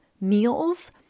meals